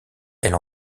elle